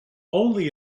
only